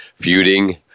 feuding